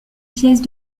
pièce